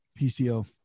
PCO